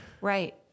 Right